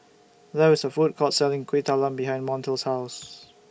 There IS A Food Court Selling Kuih Talam behind Montel's House